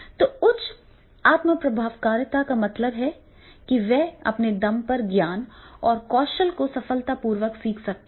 तो उच्च आत्म प्रभावकारिता का मतलब है कि वह अपने दम पर ज्ञान और कौशल को सफलतापूर्वक सीख सकता है